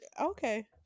okay